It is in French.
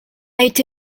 été